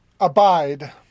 Abide